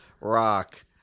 Rock